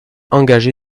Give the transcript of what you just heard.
engagé